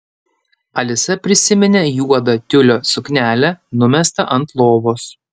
alisa prisiminė juodą tiulio suknelę numestą ant lovos